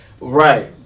right